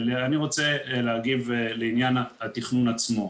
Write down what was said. אני רוצה להגיב לעניין התכנון עצמו.